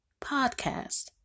podcast